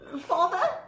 Father